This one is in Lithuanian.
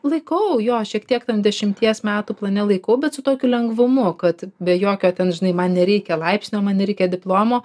laikau jo šiek tiek dešimties metų plane laikau bet su tokiu lengvumu kad be jokio ten žinai man nereikia laipsnio man nereikia diplomo